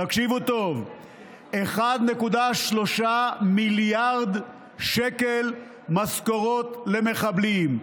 תקשיבו טוב, 1.3 מיליארד שקל במשכורות למחבלים.